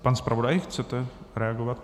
Pane zpravodaji, chcete reagovat?